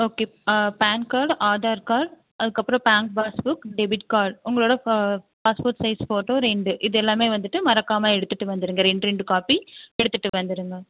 okay ப PAN card Aadhaar card அதுக்கப்புறம் bank passbook debit card உங்களோட ப பாஸ்போர்ட் சைஸ் போட்டோ ரெண்டு இதெல்லாமே வந்துட்டு மறக்காமல் எடுத்துகிட்டு வந்துருங்க ரெண்டு ரெண்டு காபி எடுத்துகிட்டுவந்துருங்க